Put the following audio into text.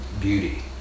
beauty